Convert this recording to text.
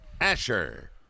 Asher